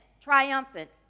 triumphant